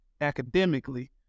academically